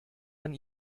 man